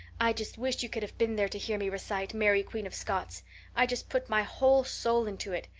i just wish you could have been there to hear me recite mary, queen of scots i just put my whole soul into it.